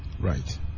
Right